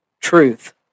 Truth